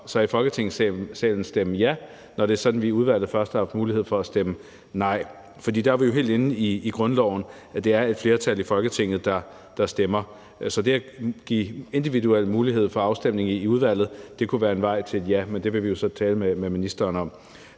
for i Folketingssalen så at stemme ja, når det er sådan, at vi i udvalget først har haft mulighed for at stemme nej. For der er vi jo helt inde i grundloven: Det er et flertal i Folketinget, der skal stemme for. Så det at give individuel mulighed for afstemning i udvalget kunne være en vej til et ja, men det vil vi jo så tale med ministeren om.